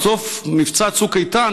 בסוף מבצע צוק איתן,